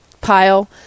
pile